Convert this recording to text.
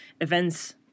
events